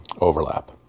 overlap